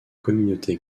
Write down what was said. communauté